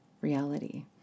reality